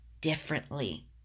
differently